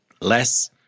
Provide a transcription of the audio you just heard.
less